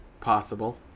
Possible